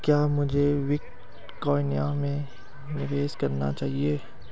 क्या मुझे बिटकॉइन में निवेश करना चाहिए?